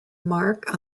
mark